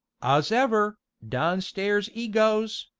ows'ever, downstairs e goes,